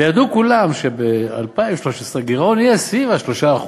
וידעו כולם שב-2013 הגירעון יהיה סביב 3%,